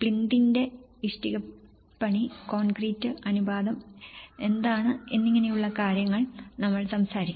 പ്ലിന്തിന്റെ ഇഷ്ടികപ്പണി കോൺക്രീറ്റ് അനുപാതം എന്താണ് എന്നിങ്ങനെയുള്ള കാര്യങ്ങൾ നമ്മൾ സംസാരിക്കുന്നത്